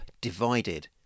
divided